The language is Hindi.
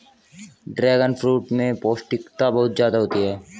ड्रैगनफ्रूट में पौष्टिकता बहुत ज्यादा होती है